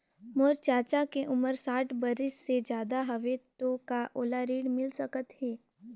मोर चाचा के उमर साठ बरिस से ज्यादा हवे तो का ओला ऋण मिल सकत हे?